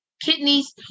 kidneys